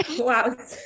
Wow